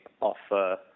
offer